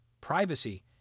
privacy